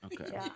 Okay